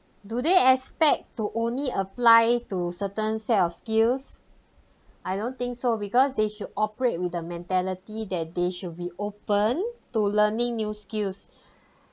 do they expect to only apply to certain set of skills I don't think so because they should operate with the mentality that they should be open to learning new skills